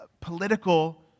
political